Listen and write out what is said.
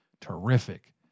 terrific